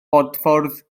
bodffordd